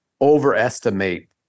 overestimate